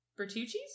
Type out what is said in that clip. bertucci's